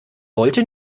wollte